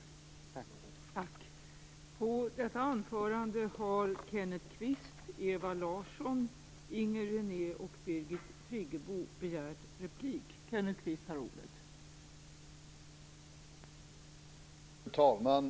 Tack!